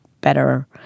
Better